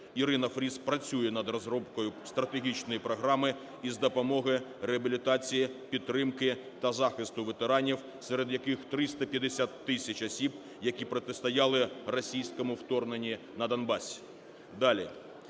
Ірина Фріз працює над розробкою стратегічної програми із допомоги, реабілітації, підтримки та захисту ветеранів, серед яких 350 тисяч осіб, які протистояли російському вторгненню на Донбасі.